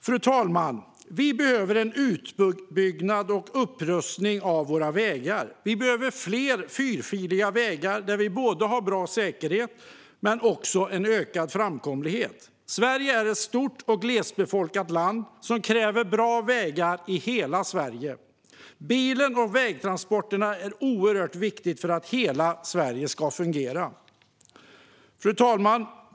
Fru talman! Våra vägar behöver byggas ut och rustas upp, och det behövs fler fyrfiliga vägar med bra säkerhet och ökad framkomlighet. Sverige är ett stort och glesbefolkat land som kräver bra vägar i hela Sverige. Bilen och vägtransporterna är oerhört viktiga för att hela Sverige ska fungera.